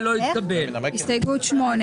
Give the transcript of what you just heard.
אתם מסוגלים רק לדמיין כמה מוצרי